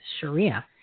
Sharia